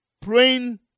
praying